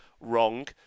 Wrong